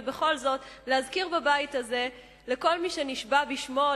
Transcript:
ובכל זאת להזכיר בבית הזה לכל מי שנשבע בשמו,